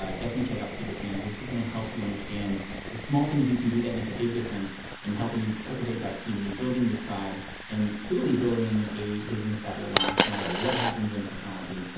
ah definitely check out superfans. this is gonna help you understand the small things that you can do that make a big difference in helping you cultivate that community, building your tribe and truly building a business that will last no matter what happens in technology.